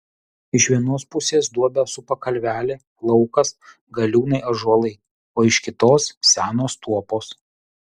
iš vienos pusės duobę supa kalvelė laukas galiūnai ąžuolai iš kitos senos tuopos